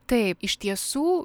taip iš tiesų